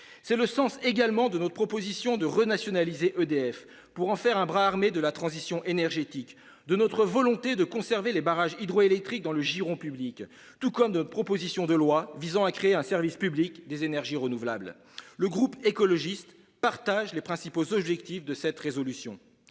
C'est le sens également de notre proposition de renationaliser EDF pour en faire le bras armé de la transition énergétique, de notre volonté de conserver les barrages hydroélectriques dans le giron public et de notre proposition de loi visant à créer un service public des énergies renouvelables. Le groupe écologiste partage les principaux objectifs de cette résolution.